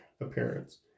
appearance